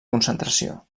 concentració